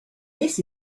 this